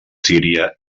síria